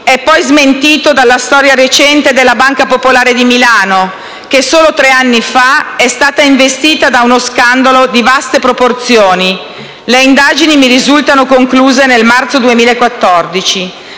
è poi smentito dalla storia recente della Banca popolare di Milano, che solo tre anni fa è stata investita da uno scandalo di vaste proporzioni (le indagini mi risultano concluse nel marzo 2014).